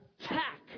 Attack